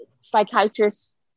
psychiatrist